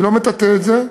אני לא מטאטא את זה,